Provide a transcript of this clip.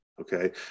okay